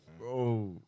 Bro